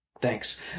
Thanks